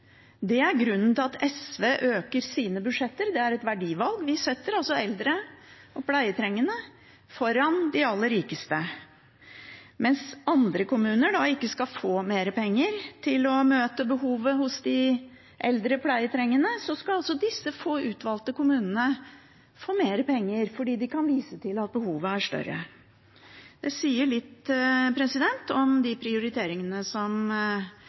det er grunnen til at SV øker sine budsjetter, det er et verdivalg. Vi setter altså eldre og pleietrengende foran de aller rikeste. Mens andre kommuner ikke skal få mer penger til å møte behovet hos de eldre pleietrengende, skal disse få, utvalgte kommunene få mer penger fordi de kan vise til at behovet er større. Det sier litt om de prioriteringene som